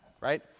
right